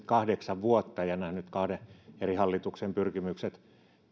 kahdeksan vuotta ja nähnyt kahden eri hallituksen pyrkimykset